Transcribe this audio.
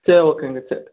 சரி ஓகேங்க சரி